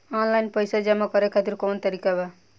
Online पइसा जमा करे खातिर कवन तरीका बा?